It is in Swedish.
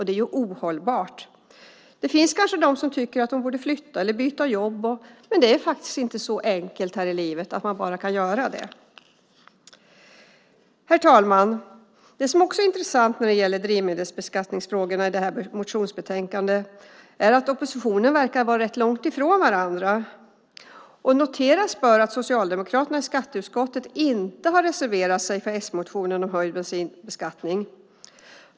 Det är ohållbart. Det finns kanske de som tycker att hon borde flytta eller byta jobb, men livet är inte så enkelt att man bara kan göra det. Herr talman! När det gäller frågorna om drivmedelsbeskattning i detta motionsbetänkande är det intressant att oppositionspartierna verkar stå rätt långt ifrån varandra. Noteras bör att Socialdemokraterna i skatteutskottet inte har reserverat sig för s-motionen om höjd bensinbeskattning.